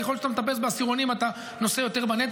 ככל שאתה מטפס בעשירונים אתה נושא יותר בנטל.